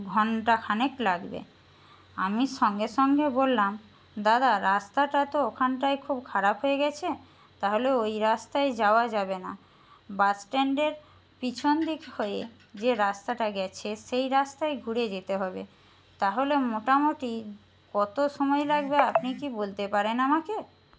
ঘন্টা খানেক লাগবে আমি সঙ্গে সঙ্গে বললাম দাদা রাস্তাটা তো ওখানটায় খুব খারাপ হয়ে গেছে তাহলে ওই রাস্তায় যাওয়া যাবে না বাস স্ট্যান্ডের পিছন দিক হয়ে যে রাস্তাটা গেছে সেই রাস্তায় ঘুরে যেতে হবে তাহলে মোটামুটি কতো সময় লাগবে আপনি কি বলতে পারেন আমাকে